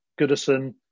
goodison